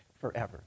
forever